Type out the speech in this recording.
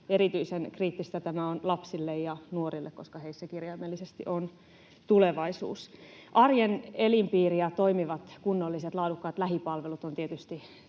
erityisen kriittistä tämä on lapsille ja nuorille, koska heissä kirjaimellisesti on tulevaisuus. Arjen elinpiiri ja toimivat, kunnolliset, laadukkaat lähipalvelut ovat tietysti